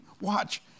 Watch